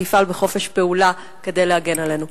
שתפעל בחופש פעולה כדי להגן עלינו.